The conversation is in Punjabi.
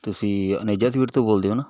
ਤੁਸੀਂ ਅਨੇਜਾ ਸਵੀਟ ਤੋਂ ਬੋਲਦੇ ਹੋ ਨਾ